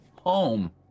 home